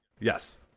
Yes